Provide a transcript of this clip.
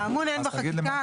"אמון" אין בחקיקה.